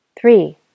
Three